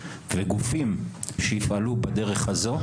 וגופים שיפעלו בדרך הזו,